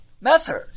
method